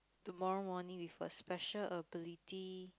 tomorrow morning with a special ability